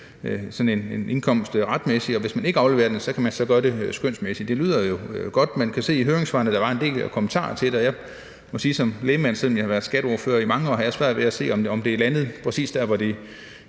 få fastsat indkomsten retmæssigt, og hvor man, hvis man ikke afleverer den, kan få det gjort skønsmæssigt. Det lyder jo godt, men jeg kan se i høringssvarene, at der er en del kommentarer til det, og jeg må sige, at som lægmand, selv om jeg har været skatteordfører i mange år, har jeg svært ved at se, om det er landet præcis der, hvor det